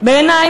בעיני,